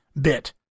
bit